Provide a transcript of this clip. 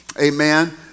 amen